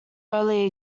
early